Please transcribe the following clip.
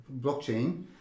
blockchain